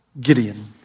gideon